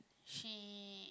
she